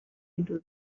into